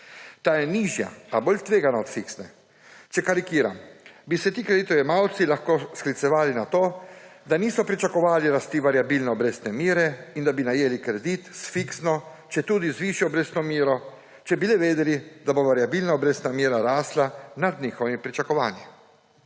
Ta je nižja, a bolj tveganja od fiksne. Če karikiram, bi se ti kreditojemalci lahko sklicevali na to, da niso pričakovali rasti variabilne obrestne mere in da bi najeli kredit s fiksno, četudi z višjo obrestno mero, če bi le vedeli, da bo variabilna obrestna mera rasla nad njihovimi pričakovanji.